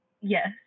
Yes